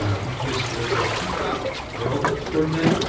ah we used dakuka robot for that.